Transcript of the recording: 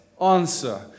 answer